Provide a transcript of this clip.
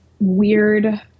Weird